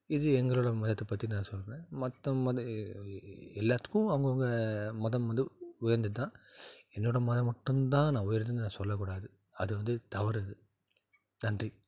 இது எங்களோட மதத்தை பற்றி நான் சொல்கிறேன் மற்ற மதம் எல்லாத்துக்கும் அவங்கவங்க மதம் உயர்ந்தது தான் என்னோட மதம் மட்டும்தான் நான் உயர்ந்ததுன்னு நான் சொல்ல கூடாது அது வந்து தவறு அது நன்றி